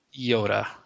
Yoda